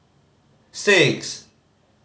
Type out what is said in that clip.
six